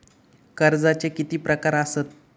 कर्जाचे किती प्रकार असात?